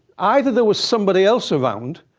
either there was somebody else around,